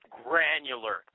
granular